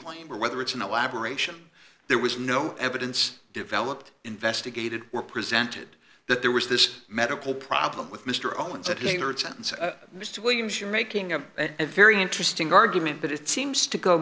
claim or whether it's an elaboration there was no evidence developed investigated were presented that there was this medical problem with mr owens it hurts and so mr williams you're making a very interesting argument but it seems to go